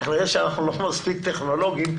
אבל כנראה שאנחנו לא מספיק טכנולוגיים.